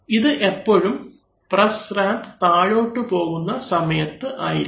ഇത് എപ്പോഴും press ram താഴോട്ടു പോകുന്ന സമയത്ത് ആയിരിക്കും